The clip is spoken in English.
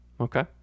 Okay